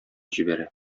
җибәрә